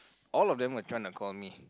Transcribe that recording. all of them were trying to call me